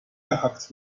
gehackt